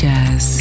Jazz